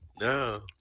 No